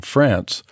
France